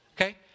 Okay